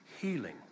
Healing